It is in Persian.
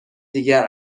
دیگر